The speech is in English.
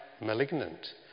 malignant